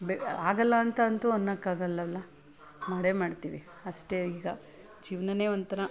ಬೆ ಆಗಲ್ಲಾಂತ ಅಂತೂ ಅನ್ನೋಕ್ಕಾಗೋಲ್ಲಲ್ಲ ಮಾಡೇ ಮಾಡ್ತೀವಿ ಅಷ್ಟೆ ಈಗ ಜೀವನಾನೇ ಒಂಥರ